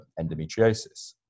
endometriosis